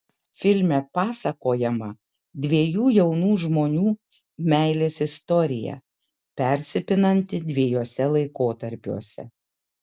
filme pasakojama dviejų jaunų žmonių meilės istorija persipinanti dviejuose laikotarpiuose